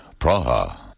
Praha